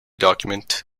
document